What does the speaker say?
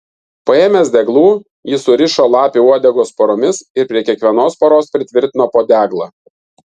paėmęs deglų jis surišo lapių uodegas poromis ir prie kiekvienos poros pritvirtino po deglą